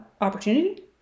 opportunity